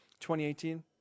2018